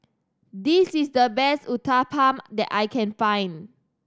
this is the best Uthapam that I can find